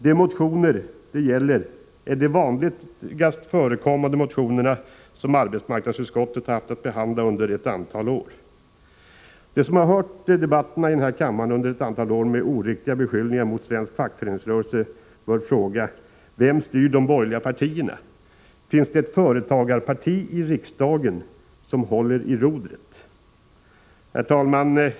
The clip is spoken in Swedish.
De motioner det gäller är de vanligast förekommande motionerna som arbetsmarknadsutskottet har haft att behandla under ett antal år. De som hört debatterna i denna kammare under ett antal år, med oriktiga beskyllningar mot svensk fackföreningsrörelse, bör fråga: Vem styr de borgerliga partierna? Finns det ett företagarparti i riksdagen som håller i rodret? Herr talman!